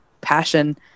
passion